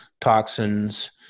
toxins